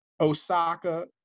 Osaka